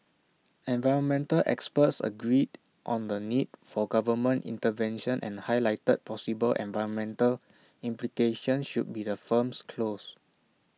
environmental experts agreed on the need for government intervention and highlighted possible environmental implications should the firms close